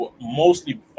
mostly